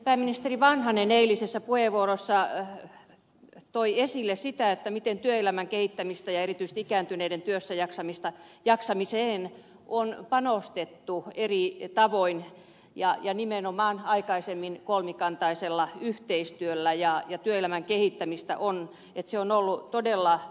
pääministeri vanhanen eilisessä puheenvuorossa toi esille sitä miten työelämän kehittämiseen ja erityisesti ikääntyneiden työssä jaksamiseen on panostettu eri tavoin ja nimenomaan aikaisemmin kolmikantaisella yhteistyölläja ja työelämän kehittämistä on nyt jo on ollut yhteistyöllä